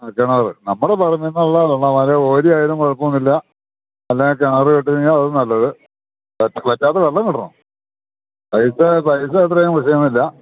കിണര് നമ്മുടെ ഭാഗത്തുനിന്നുള്ള വെള്ളം അത് ഓരിയായാലും കുഴപ്പമൊന്നുമില്ല അല്ലേ കിണര് കിട്ടൂമെങ്കില് അതും നല്ലത് വറ്റാത്ത വെള്ളം കിട്ടണം പൈസ പൈസ എത്രായാലും വിഷയമൊന്നുമില്ല